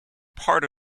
part